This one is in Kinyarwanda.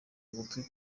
ugutwi